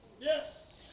Yes